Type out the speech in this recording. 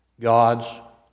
God's